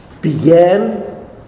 began